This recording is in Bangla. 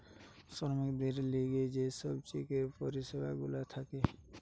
শ্রমিকদের লিগে যে সব চেকের পরিষেবা গুলা থাকে